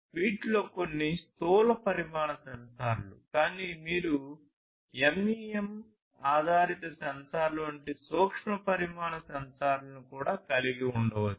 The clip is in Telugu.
వీటిలో కొన్ని స్థూల పరిమాణ సెన్సార్లు కానీ మీరు MEM ఆధారిత సెన్సార్ల వంటి సూక్ష్మ పరిమాణ సెన్సార్లను కూడా కలిగి ఉండవచ్చు